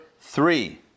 three